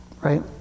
Right